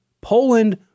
Poland